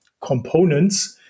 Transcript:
components